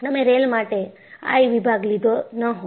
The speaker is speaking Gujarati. તમે રેલ માટે I વિભાગ લીધો ન હોત